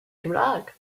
cymraeg